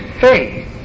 faith